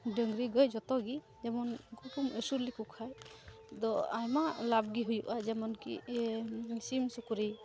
ᱰᱟᱹᱝᱜᱽᱨᱤᱼᱜᱟᱹᱭ ᱡᱚᱛᱚᱜᱮ ᱡᱮᱢᱚᱱ ᱩᱱᱠᱩᱠᱚᱢ ᱟᱹᱥᱩᱞ ᱞᱮᱠᱚᱠᱷᱟᱡ ᱫᱚ ᱟᱭᱢᱟ ᱞᱟᱵᱷᱜᱮ ᱦᱩᱭᱩᱜᱼᱟ ᱡᱮᱢᱚᱱᱠᱤ ᱥᱤᱢᱼᱥᱩᱠᱨᱤ